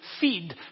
feed